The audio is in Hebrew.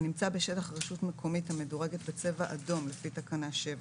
הנמצא בשטח רשות מקומית המדורגת בצבע אדום לפי תקנה 7,